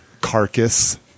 carcass